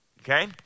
okay